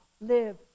live